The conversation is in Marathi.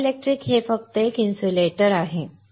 डायलेक्ट्रिक हे फक्त एक इन्सुलेटर आहे